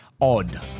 odd